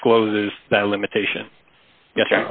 discloses that limitation yes